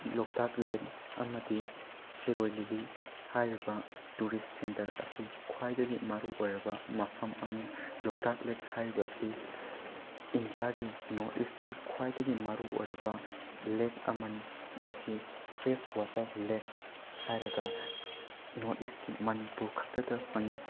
ꯂꯣꯛꯇꯥꯛ lake ꯑꯃꯗꯤ ꯁꯤꯔꯣꯏ ꯂꯤꯂꯤ ꯍꯥꯏꯔꯤꯕ ꯇꯨꯔꯤꯁ ꯁꯦꯟꯇꯔ ꯑꯁꯤ ꯈ꯭ꯋꯥꯏꯗꯒꯤ ꯃꯔꯨꯑꯣꯏꯔꯕ ꯃꯐꯝ ꯑꯃꯅꯤ ꯂꯣꯛꯇꯥꯛ ꯂꯦꯛ ꯍꯥꯏꯔꯤꯕ ꯑꯁꯤ ꯏꯟꯗꯤꯌꯥꯒꯤ ꯅꯣꯔꯠ ꯏꯁꯀꯤ ꯈ꯭ꯋꯥꯏꯗꯒꯤ ꯃꯔꯨꯑꯣꯏꯔꯕ ꯂꯦꯛ ꯑꯃꯅꯤ ꯃꯁꯤ ꯐ꯭ꯔꯦꯁ ꯋꯥꯇꯔ ꯂꯦꯛ ꯍꯥꯏꯔꯒ ꯅꯣꯔꯠ ꯏꯁꯀꯤ ꯃꯅꯤꯄꯨꯔ ꯈꯛꯇꯗ ꯐꯪꯏ